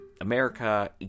america